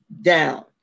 down